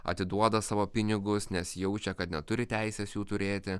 atiduoda savo pinigus nes jaučia kad neturi teisės jų turėti